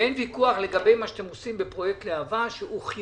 ואין ויכוח לגבי מה שאתם עושים בפרויקט להב"ה שחיוני